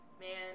man